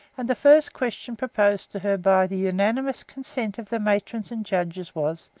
and the first question proposed to her by the unanimous consent of the matrons and judges was,